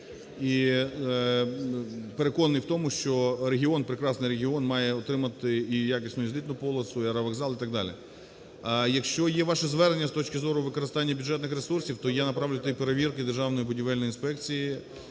і переконаний в тому, що регіон, прекрасний регіон має отримати і якісну і злітну полосу, і аеровокзал і так далі. Якщо є ваше звернення з точки зору використання бюджетних ресурсів, то я направлю туди перевірки Державної будівельної інспекції,